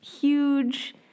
huge